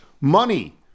money